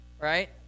right